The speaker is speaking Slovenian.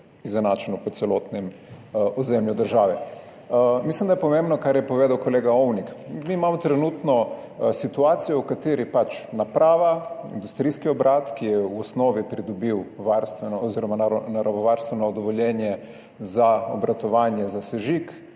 izenačeno po celotnem ozemlju države. Mislim, da je pomembno, kar je povedal kolega Ovnik, mi imamo trenutno situacijo, v kateri ima naprava, industrijski obrat, ki je v osnovi pridobil varstveno oziroma naravovarstveno dovoljenje za obratovanje, za sežig